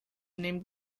nehmen